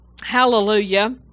hallelujah